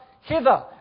hither